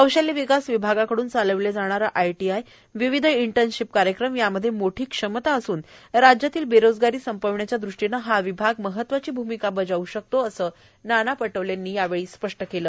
कौशल्य विकास विभागाकडून चालविले जाणारे आयटीआयए विविध इंटर्नशिप कार्यक्रम यांमध्ये मोठी क्षमता असून राज्यातील बेरोजगारी संपविण्याच्या दृष्टीनं हा विभाग महत्वाची भूमिका बजावू शकतो असं नाना पटोले यावेळी म्हणाले